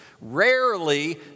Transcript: Rarely